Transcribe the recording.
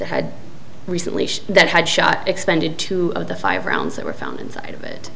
had recently that had shot expended two of the five rounds that were found inside of it